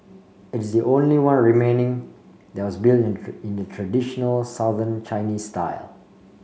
it is the only one remaining that was built in the traditional Southern Chinese style